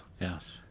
Yes